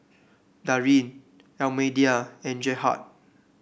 Darrin Almedia and Gerhard